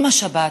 עם השבת